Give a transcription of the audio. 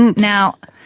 and now,